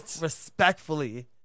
Respectfully